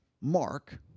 mark